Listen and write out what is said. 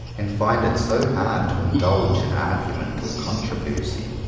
and find it so hard to indulge in argument or contro versy.